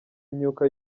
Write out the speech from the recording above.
imyuka